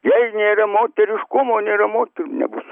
jei nėra moteriškumo nėra motinų nebus